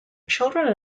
children